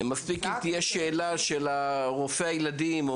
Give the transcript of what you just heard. מספיק אם רופא הילדים ישאל שאלה